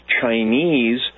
Chinese